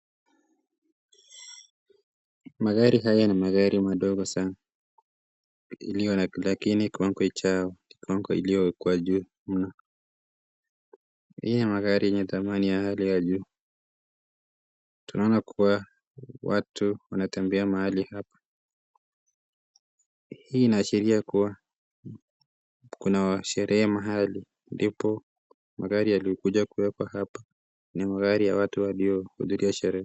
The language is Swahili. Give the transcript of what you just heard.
Magari haya ni magari madogo sana iliyo. lakini kiwango chao ni kiwango iliyowekwa kwa juu mno. Hii ni magari iliyo na dhamani ya juu. Tunaona kuna watu wanatembea mahali hapa. Hii inaashiria kuwa kuna sherehe mahali ndipo magari yaliyokuja kuweka hapa ni magari ya watu waliohudhuria sherehe.